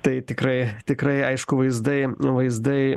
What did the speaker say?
tai tikrai tikrai aišku vaizdai vaizdai